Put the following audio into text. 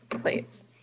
plates